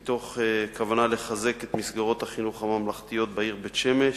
מתוך כוונה לחזק את מסגרות החינוך הממלכתיות בעיר בית-שמש.